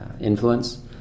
influence